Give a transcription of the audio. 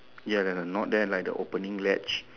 ya not there like the opening ledge